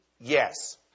Yes